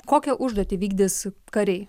kokią užduotį vykdys kariai